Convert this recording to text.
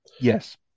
Yes